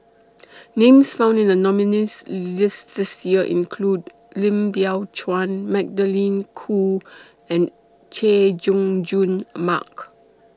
Names found in The nominees' list This Year include Lim Biow Chuan Magdalene Khoo and Chay Jung Jun Mark